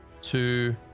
two